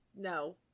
No